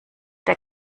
der